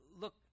Look